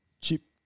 cheap